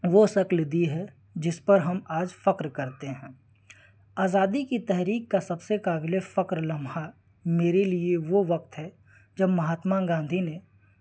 وہ شکل دی ہے جس پر ہم آج فخر کرتے ہیں آزادی کی تحریک کا سب سے قابل فخر لمحہ میرے لیے وہ وقت ہے جب مہاتما گاندھی نے